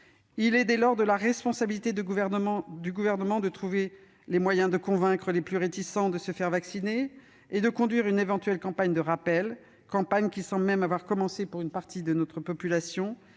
Il est dès lors de la responsabilité du Gouvernement de trouver les moyens de convaincre les plus réticents de se faire vacciner et de conduire une éventuelle campagne de rappel, campagne qui semble même avoir commencé pour une partie de la population,